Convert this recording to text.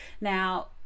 Now